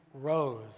rose